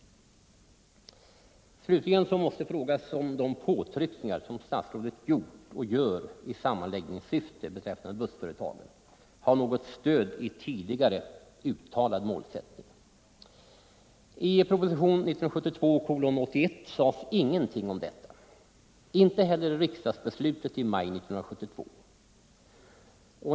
Slutligen måste jag fråga om de påtryckningar som statsrådet gjort och gör i sammanläggningssyfte beträffande bussföretagen har något stöd i tidigare uttalad målsättning. I propositionen 1972:81 sades ingenting om detta. Inte heller i riksdagsbeslutet i maj 1972.